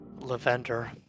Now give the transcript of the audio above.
Lavender